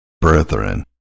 brethren